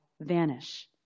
vanish